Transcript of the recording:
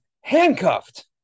handcuffed